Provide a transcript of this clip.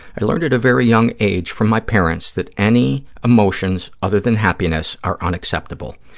i learned at a very young age from my parents that any emotions other than happiness are unacceptable.